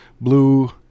blue